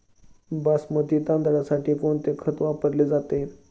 बासमती तांदळासाठी कोणते खत वापरले जाते?